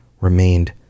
remained